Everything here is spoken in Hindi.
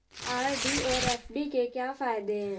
आर.डी और एफ.डी के क्या फायदे हैं?